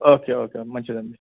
okay okay మంచిది అండి